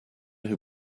who